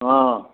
অ